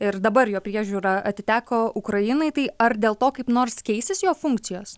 ir dabar jo priežiūra atiteko ukrainai tai ar dėl to kaip nors keisis jo funkcijos